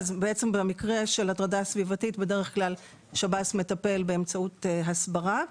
שב"ס מטפל בדרך כלל באמצעות הסברה.